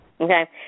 Okay